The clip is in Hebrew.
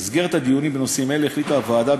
במסגרת הדיונים בנושאים האלה החליטה הוועדה,